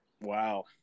Wow